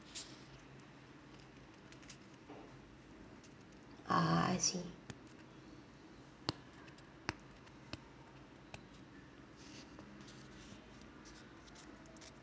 ah I see